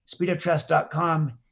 speedoftrust.com